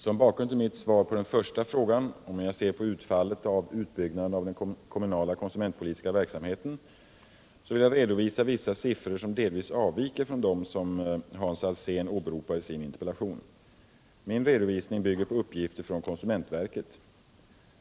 Som bakgrund till mitt svar på den första frågan om hur jag ser på utfallet av utbyggnaden av den kommunala konsumentpolitiska verksamheten vill jag redovisa vissa siffror som delvis avviker från dem Hans Alsén åberopar i sin interpellation. Min redovisning bygger på uppgifter från konsumentverket.